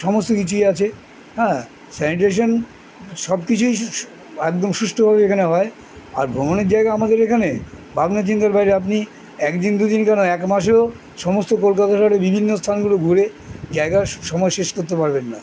সমস্ত কিছুই আছে হ্যাঁ স্যানিটেশান সব কিছুই একদম সুস্থভাবে এখানে হয় আর ভ্রমণের জায়গা আমাদের এখানে ভাবনা চিন্তার বাইরে আপনি একদিন দুদিন কেন এক মাসেও সমস্ত কলকাতা শহরে বিভিন্ন স্থানগুলো ঘুরে জায়গা সময় শেষ করতে পারবেন না